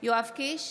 יואב קיש,